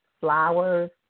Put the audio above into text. flowers